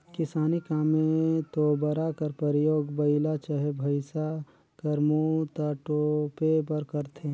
किसानी काम मे तोबरा कर परियोग बइला चहे भइसा कर मुंह ल तोपे बर करथे